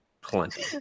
plenty